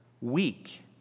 weak